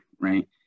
right